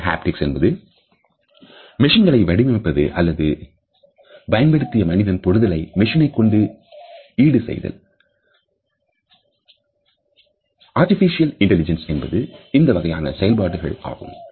machine haptics என்பது மிஷின்களை வடிவமைத்தல் அல்லது பயன்படுத்தி மனித தொடுதலை மெஷினைக் கொண்டு ஈடு செய்தல் ஆர்டிபிசியல் இன்டெலிஜென்ஸ் என்பது இந்த வகையான செயல்பாடுகள் ஆகும்